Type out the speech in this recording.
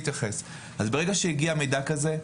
ברגע שהגיע מידע כזה,